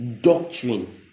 doctrine